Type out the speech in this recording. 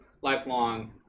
lifelong